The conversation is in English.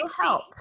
help